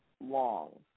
long